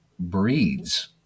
breeds